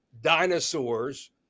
dinosaurs